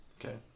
Okay